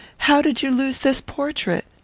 how did you lose this portrait?